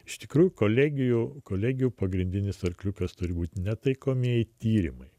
iš tikrųjų kolegijų kolegijų pagrindinis arkliukas turi būti ne taikomieji tyrimai